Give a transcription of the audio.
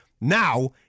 Now